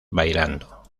bailando